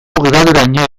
graduraino